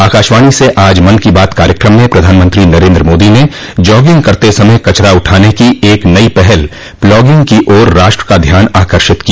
आकाशवाणी से आज मन की बात कार्यक्रम में प्रधानमंत्री नरेन्द्र मोदी ने जॉगिंग करते समय कचरा उठाने की एक नई पहल प्लॉगिंग की ओर राष्ट्र का ध्यान आकर्षित किया